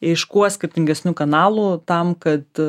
iš kuo skirtingesnių kanalų tam kad